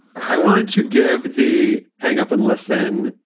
i wanted to give the hang up and listen.